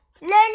Learning